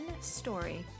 story